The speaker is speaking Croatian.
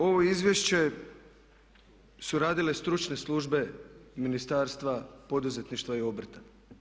Ovo izvješće su radile stručne službe Ministarstva poduzetništva i obrta.